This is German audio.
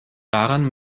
daran